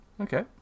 okay